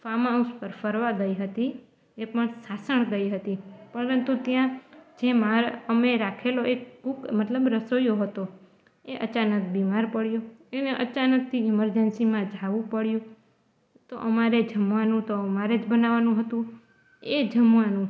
farmhouse પર ફરવા ગઈ હતી એ પણ સાસણ ગઈ હતી પરંતુ ત્યાં જે માણસ અમે રાખેલો એક કૂક મતલબ રસોઈઓ હતો એ અચાનક બીમાર પડ્યો એને અચાનકથી ઇમરજન્સીમાં જવું પડ્યું તો અમારે જમવાનું તો અમારે જ બનાવવાનું હતું એ જમવાનું